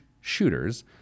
shooters